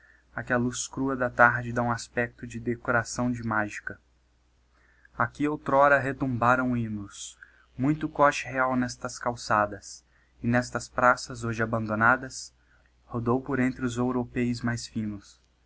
que a luz crua da tarde dá um aspecto de decoração de magica aqui outr'ora retumbaram hymnos muito coche real nestas calçadas nestas praças hoje abandonadas rodou por entre os ouropéis mais fínos